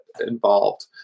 involved